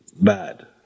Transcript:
bad